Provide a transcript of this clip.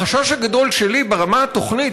החשש הגדול שלי ברמת התוכנית,